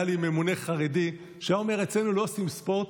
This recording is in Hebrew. היה לי ממונה חרדי שהיה אומר: אצלנו לא עושים ספורט,